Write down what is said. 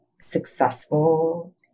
successful